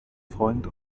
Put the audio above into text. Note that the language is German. freund